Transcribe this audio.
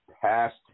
Past